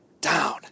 down